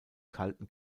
kalten